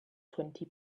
twenty